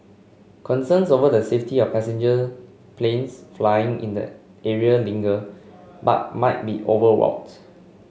concerns over the safety of passenger planes flying in the area linger but might be overwrought